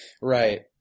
Right